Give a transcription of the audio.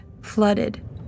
flooded